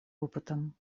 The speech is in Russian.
опытом